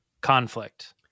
conflict